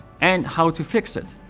and how to fix it.